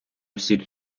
всі